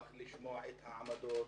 לשמוע את העמדות